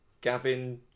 Gavin